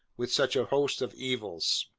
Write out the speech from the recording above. with such a host of evils.